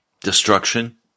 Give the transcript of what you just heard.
Destruction